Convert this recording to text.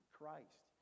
Christ